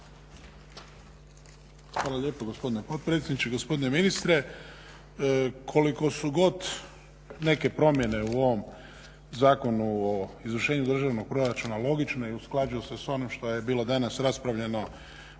Hvala lijepo gospodine potpredsjedniče. Gospodine ministre. Koliko su god neke promjene u ovom Zakonu o izvršenju državnog proračuna logične i usklađuju se s onim što je bilo danas raspravljano